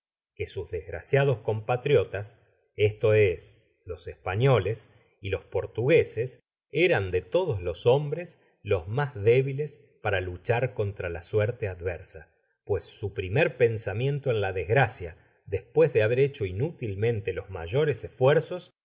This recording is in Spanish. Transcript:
que sus desgraciados compatriotas esto es los españoles y los portugueses eran dé wdo los ftombres los mas débiles para luchar contra la suerte adversa pues su primer pensamiento en la desgracia despues de haber hecho inútilmente los mayores esfuerzos